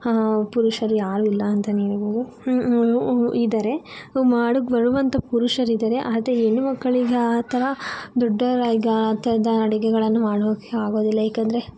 ಪುರುಷರು ಯಾರು ಇಲ್ಲ ಅಂತನೇ ಹೇಳಬಹುದು ಇದ್ದಾರೆ ಮಾಡೋಕ್ಕೆ ಬರುವಂಥ ಪುರುಷರಿದ್ದಾರೆ ಆದರೆ ಹೆಣ್ಣು ಮಕ್ಕಳಿಗೆ ಆ ಥರ ದೊಡ್ಡ ಗಾತ್ರದ ಅಡುಗೆಗಳನ್ನು ಮಾಡೋಕ್ಕೆ ಆಗೋದಿಲ್ಲ ಏಕೆಂದರೆ